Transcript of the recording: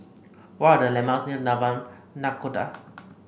what are the landmark near Taman Nakhoda